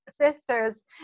sisters